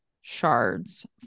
shards